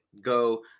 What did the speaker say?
go